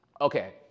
Okay